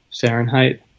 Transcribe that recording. Fahrenheit